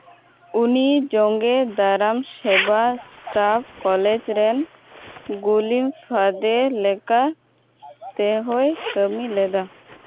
ᱩᱱᱤ ᱡᱳᱸᱜᱮ ᱫᱟᱨᱟᱢ ᱥᱮᱵᱟ ᱥᱴᱟᱯᱷ ᱠᱚᱞᱮᱡᱽ ᱨᱮᱱ ᱜᱟᱹᱞᱤᱢ ᱯᱷᱟᱹᱫ ᱞᱮᱠᱟ ᱛᱮᱦᱚᱭ ᱠᱟᱹᱢᱤ ᱞᱮᱫᱟ